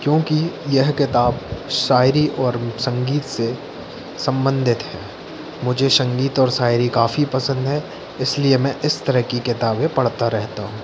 क्योंकि यह किताब शायरी और संगीत से संबंधित है मुझे संगीत और शायरी काफ़ी पसंद है इसलिए मैं इस तरह की किताबें पढ़ता रहता हूँ